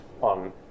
on